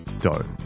dough